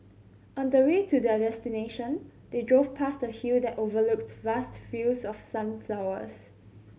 on the way to their destination they drove past a hill that overlooked vast fields of sunflowers